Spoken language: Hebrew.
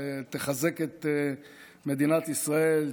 שתחזק את מדינת ישראל,